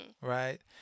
Right